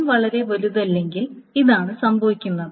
n വളരെ വലുതല്ലെങ്കിൽ ഇതാണ് സംഭവിക്കുന്നത്